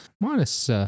minus –